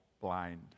blind